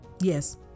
Yes